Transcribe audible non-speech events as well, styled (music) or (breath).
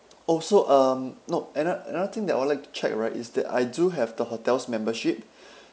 also um no ano~ another thing that I would like to check right is that I do have the hotel's membership (breath)